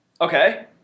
Okay